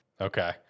Okay